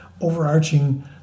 overarching